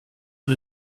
but